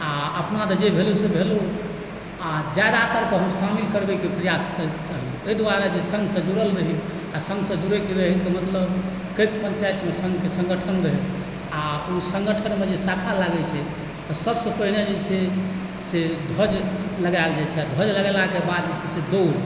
आओर अपना तऽ जे भेलहुँ से भेलहुँ आओर जादातरके हम सामेल करबैकेँ प्रयास करैत रहलहुँ एहि दुआरे जे सङ्घसँ जुड़ल रही आओर सङ्घसँ जुड़ैके रहै तऽ मतलब कएक पञ्चायतमे सङ्घक सङ्गठन रहै आओर ओ सङ्गठनमे जे शाखा लागै छै तऽ सबसँ पहिने जे छै से ध्वज लगायल जाइत छै आओर ध्वज लगेलाके बाद जे छै दौड़